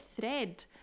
thread